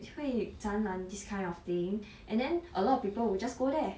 会展览 this kind of thing and then a lot of people will just go there